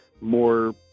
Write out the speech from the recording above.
more